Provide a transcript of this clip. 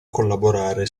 collaborare